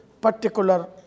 particular